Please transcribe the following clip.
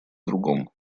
другом